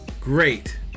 great